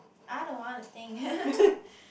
I don't wanna think